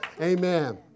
Amen